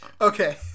Okay